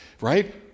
right